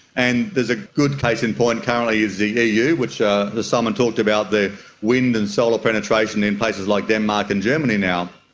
and there's a good case in point currently is the the eu which, ah as simon talked about, their wind and solar penetration in places like denmark and germany now